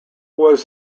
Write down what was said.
was